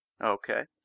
okay